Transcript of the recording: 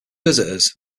visitors